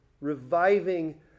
reviving